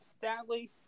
sadly